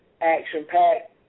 action-packed